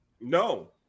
no